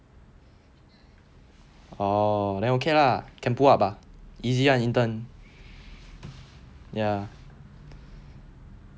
oh then okay lah can pull up ah easy ah intern ya